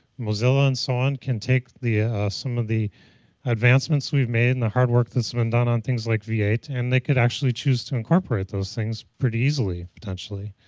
mozilla and so on can take some of the advancements we've made and the hard work that's been done on things like v eight and they can actually choose to incorporate those things pretty easily, potentially.